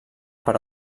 per